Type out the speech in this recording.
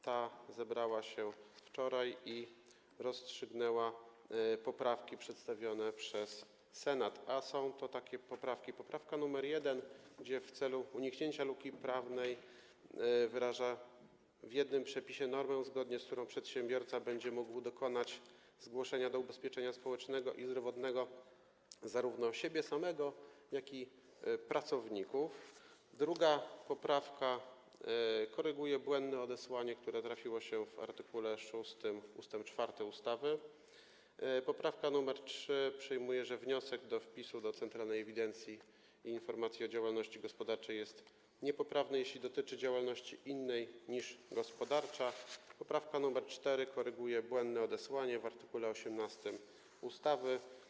Ta zebrała się wczoraj i rozstrzygnęła poprawki przedstawione przez Senat, a są to takie poprawki: poprawka nr 1 w celu uniknięcia luki prawnej wyraża w jednym przepisie normę, zgodnie z którą przedsiębiorca będzie mógł dokonać zgłoszenia do ubezpieczenia społecznego i zdrowotnego zarówno siebie samego, jak i pracowników; poprawka nr 2 koryguje błędne odesłanie, które trafiło się w art. 6 ust. 4 ustawy; poprawka nr 3 przyjmuje, że wniosek o wpis do Centralnej Ewidencji i Informacji o Działalności Gospodarczej jest niepoprawny, jeśli dotyczy działalności innej niż gospodarcza; poprawka nr 4 koryguje błędne odesłanie w art. 18 ustawy.